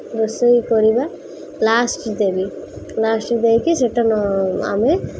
ରୋଷେଇ କରିବା ଲାଷ୍ଟ୍ ଦେବି ଲାଷ୍ଟ୍ ଦେଇକି ସେଟାନୁ ଆମେ